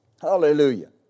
hallelujah